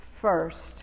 first